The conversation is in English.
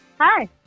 Hi